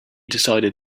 decided